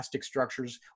structures